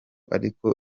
ariko